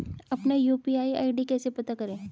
अपना UPI ID कैसे पता करें?